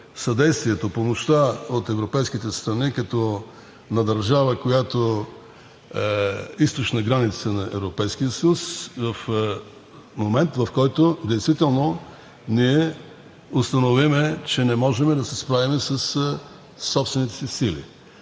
съдействие, помощ от европейските страни –като държава, която е източна граница на Европейския съюз, в момента, в който действително ние установим, че не можем да се справим със собствените си